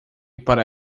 para